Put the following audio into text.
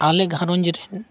ᱟᱞᱮ ᱜᱷᱟᱨᱚᱸᱡᱽ ᱨᱮᱱ